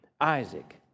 Isaac